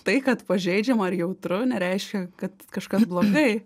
tai kad pažeidžiama ir jautru nereiškia kad kažkas blogai